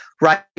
right